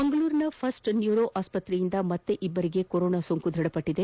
ಮಂಗಳೂರಿನ first neuro ಆಸ್ಸತ್ರೆಯಿಂದ ಮತ್ತೆ ಇಬ್ಬರಿಗೆ ಕೊರೋನಾ ಸೋಂಕು ದ್ವಢಪಟ್ಟಿದೆ